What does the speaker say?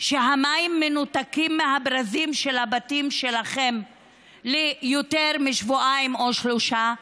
שהמים מנותקים מהברזים של הבתים שלכם ליותר משבועיים או שלושה?